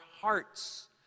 hearts